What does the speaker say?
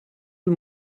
und